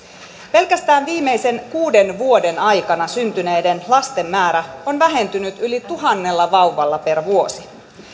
pelkästään viimeisten kuuden vuoden aikana syntyneiden lasten määrä on vähentynyt yli tuhannella vauvalla per vuosi